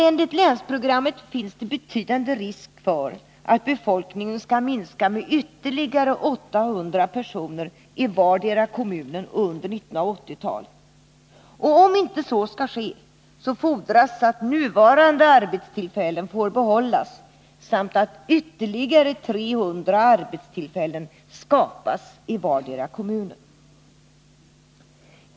Enligt länsprogrammet finns det betydande risk för att befolkningen skall minska med ytterligare ca 800 personer i vardera kommunen under 1980-talet. Om inte så skall ske fordras att nuvarande arbetstillfällen får behållas samt att ytterligare 300 arbetstillfällen skapas i vardera kommunen.